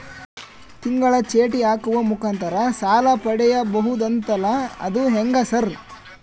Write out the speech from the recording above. ತಿಂಗಳ ಚೇಟಿ ಹಾಕುವ ಮುಖಾಂತರ ಸಾಲ ಪಡಿಬಹುದಂತಲ ಅದು ಹೆಂಗ ಸರ್?